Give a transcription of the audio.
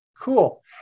Cool